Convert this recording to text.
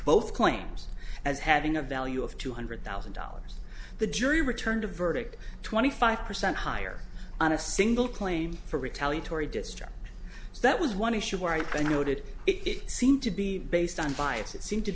both claims as having a value of two hundred thousand dollars the jury returned a verdict twenty five percent higher on a single claim for retaliatory distress that was one issue where i noted it seemed to be based on bias it seemed to